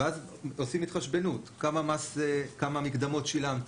ואז עושים התחשבנות: כמה מקדמות שילמת